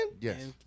Yes